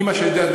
מה שאני יודע,